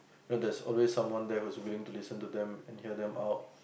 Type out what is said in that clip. that there's always someone there who is willing to listen to them and hear them out